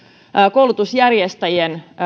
koulutusjärjestäjien